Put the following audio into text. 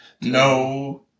No